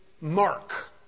mark